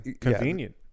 convenient